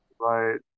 Right